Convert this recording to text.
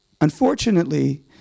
Unfortunately